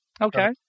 Okay